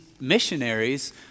missionaries